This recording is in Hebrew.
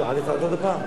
אחר כך אני אעלה עוד הפעם?